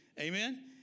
Amen